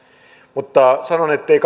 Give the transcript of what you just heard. mutta sanon ettei